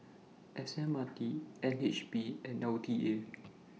S M R T N H B and L T A